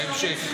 בהמשך.